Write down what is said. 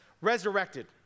resurrected